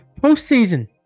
postseason